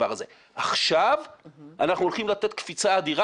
עכשיו אנחנו הולכים לתת קפיצה אדירה,